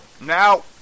now